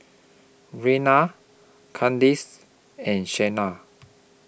Raynard Kandace and Shana